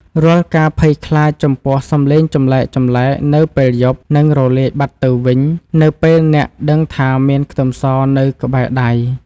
រាល់ការភ័យខ្លាចចំពោះសំឡេងចម្លែកៗនៅពេលយប់នឹងរលាយបាត់ទៅវិញនៅពេលអ្នកដឹងថាមានខ្ទឹមសនៅក្បែរដៃ។